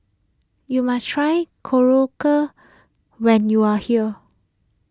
you must try Korokke when you are here